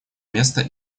места